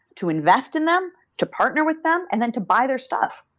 to invest in them. to partner with them, and then to buy their stuff,